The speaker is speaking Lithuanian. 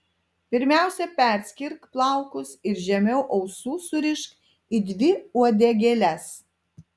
pirmiausia perskirk plaukus ir žemiau ausų surišk į dvi uodegėles